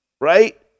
right